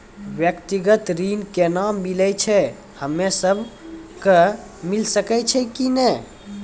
व्यक्तिगत ऋण केना मिलै छै, हम्मे सब कऽ मिल सकै छै कि नै?